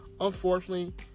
Unfortunately